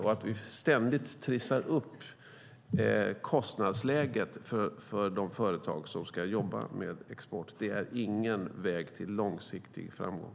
Vi trissar ständigt upp kostnadsläget för de företag som ska jobba med export. Det är ingen väg till långsiktig framgång.